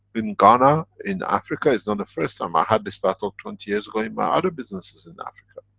in ghana, in africa, is not the first time. i had this battle twenty years ago, in my other businesses in africa.